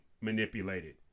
manipulated